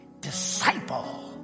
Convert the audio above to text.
Disciple